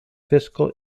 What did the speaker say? fiscal